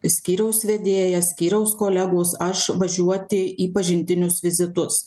skyriaus vedėjas skyriaus kolegos aš važiuoti į pažintinius vizitus